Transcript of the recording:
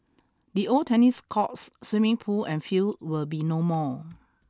the old tennis courts swimming pool and field will be no more